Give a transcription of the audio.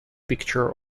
picture